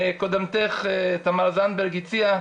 קודמתך תמר זנדברג הציעה